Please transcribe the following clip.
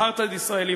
אפרטהייד ישראלי,